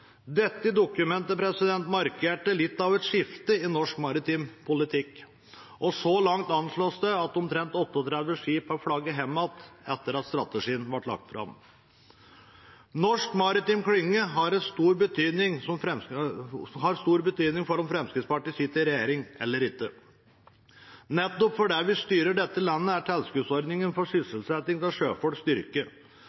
Dette dokumentet markerte litt av et skifte i norsk maritim politikk, og så langt anslås det at omtrent 38 skip har flagget hjem igjen etter at strategien ble lagt fram. Norsk maritim klynge har stor betydning for om Fremskrittspartiet sitter i regjering eller ikke. Nettopp fordi vi styrer dette landet, er tilskuddsordningen for